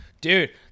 Dude